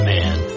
Man